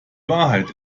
wahrheit